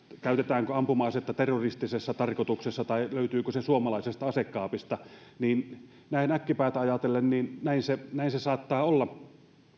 käytetäänkö ampuma asetta terroristisessa tarkoituksessa vai löytyykö se suomalaisesta asekaapista ja näin äkkipäätään ajatellen näin se näin se saattaa olla